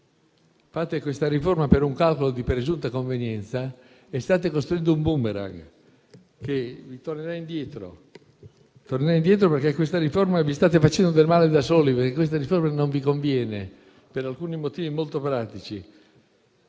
fate questa riforma per un calcolo di presunta convenienza e state costruendo un *boomerang* che vi tornerà indietro, perché con questa riforma vi state facendo del male da soli. Questa riforma non vi conviene per alcuni motivi molto pratici.